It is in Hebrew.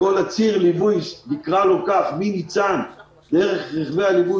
בכל ציר הליווי מניצן דרך רכבי הליווי